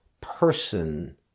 person